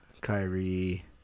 Kyrie